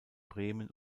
bremen